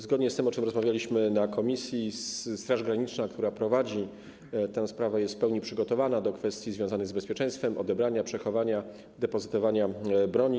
Zgodnie z tym, o czym rozmawialiśmy na posiedzeniu komisji, Straż Graniczna, która prowadzi tę sprawę, jest w pełni przygotowana do kwestii związanych z bezpieczeństwem, odebrania, przechowania, depozytowania broni.